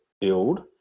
build